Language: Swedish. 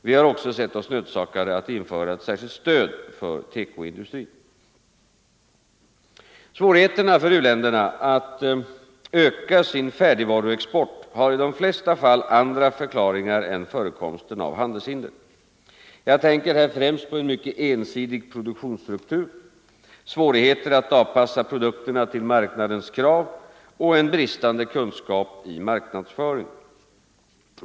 Vi har också sett oss nödsakade I att införa ett särskilt stöd för tekoindustrin. Ang. importen från Svårigheterna för u-länderna att öka sin färdigvaruexport har i de flesta — u-länderna fall andra förklaringar än förekomsten av handelshinder. Jag tänker här främst på en mycket ensidig produktionsstruktur, svårigheter att avpassa produkterna till marknadens krav och en bristande kunskap i marknadsföring.